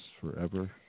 forever